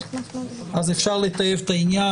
אז אפשר לטייב את העניין.